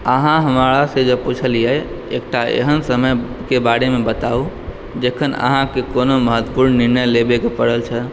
अहाँ हमरासँ जे पुछलियै एकटा एहन समयके बारेमे बताउ जखन अहाँके कोनो महत्वपूर्ण निर्णय लेबयकऽ पड़ल छलह